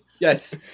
yes